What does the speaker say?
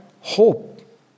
hope